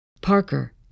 Parker